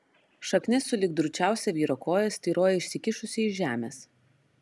šaknis sulig drūčiausia vyro koja styrojo išsikišusi iš žemės